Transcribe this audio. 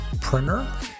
Printer